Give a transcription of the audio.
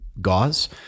gauze